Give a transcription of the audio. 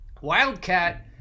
Wildcat